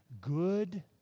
good